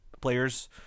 players